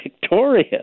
Victoria